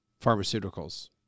pharmaceuticals